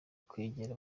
kwegera